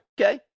okay